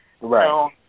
Right